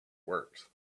works